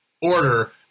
order